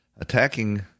attacking